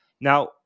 Now